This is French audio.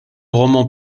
romans